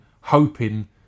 hoping